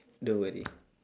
don't worry